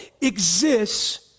exists